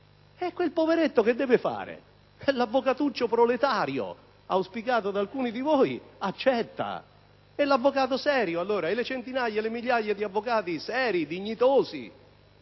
E quel poveretto che deve fare? L'avvocatuccio proletario, auspicato da alcuni di voi, accetta; e l'avvocato serio, allora? Le centinaia e le migliaia di avvocati seri e dignitosi